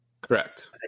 correct